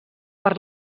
per